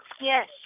Yes